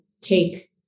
take